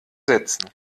setzen